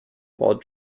while